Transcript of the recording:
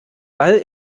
ball